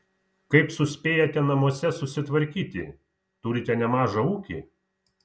kaip suspėjate namuose susitvarkyti turite nemažą ūkį